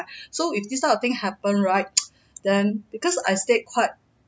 so if this type of thing happen right then because I stayed quite